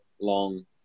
long